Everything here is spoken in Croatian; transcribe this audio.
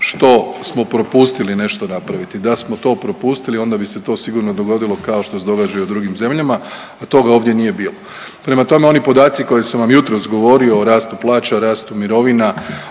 što smo propustili nešto napraviti, da smo to propustili onda bi se to sigurno dogodilo kao što se događa i u drugim zemljama, a toga ovdje nije bilo. Prema tome, oni podaci koje sam vam jutros govorio o rastu plaća, rastu mirovina,